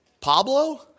Pablo